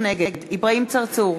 נגד אברהים צרצור,